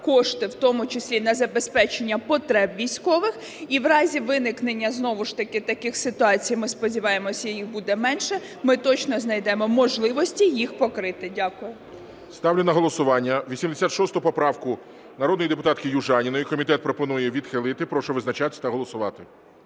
кошти у тому числі на забезпечення потреб військових, і в разі виникнення знову ж таки таких ситуацій, ми сподіваємося, їх буде менше, ми точно знайдемо можливості їх покрити. Дякую. ГОЛОВУЮЧИЙ. Ставлю на голосування 86 поправку народної депутатки Южаніної. Комітет пропонує відхилити. Прошу визначатися та голосувати.